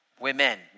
Women